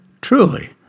Truly